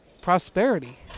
prosperity